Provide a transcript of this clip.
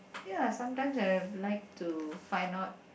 ya sometimes I'll like to find out